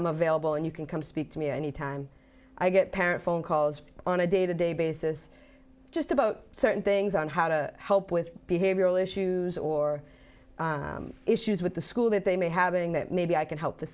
i'm available and you can come speak to me any time i get parent phone calls on a day to day basis just about certain things on how to help with behavioral issues or issues with the school that they may having that maybe i can help